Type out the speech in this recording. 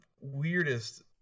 weirdest